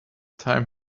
time